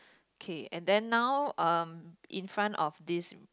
okay and then now um in front of this